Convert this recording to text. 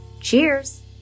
Cheers